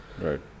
Right